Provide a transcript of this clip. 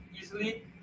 easily